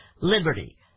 Liberty